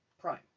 Prime